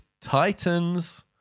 Titans